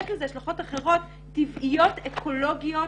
יש לזה השלכות אחרות טבעיות אקולוגיות,